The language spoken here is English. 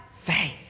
faith